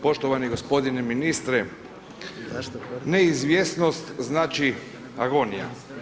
Poštovani gospodine ministre, neizvjesnost znači agonija.